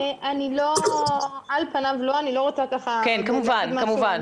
על פניו לא, אני לא רוצה לומר משהו